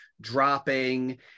dropping